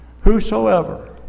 Whosoever